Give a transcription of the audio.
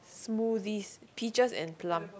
smoothies peaches and plum